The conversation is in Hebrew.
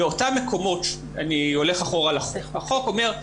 החוק אומר,